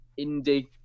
indie